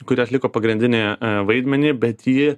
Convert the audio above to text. kuri atliko pagrindinį vaidmenį bet ji